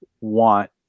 want